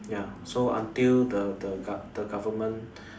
ya so until the the gov~ the government